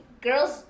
girls